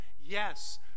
yes